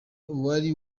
uwari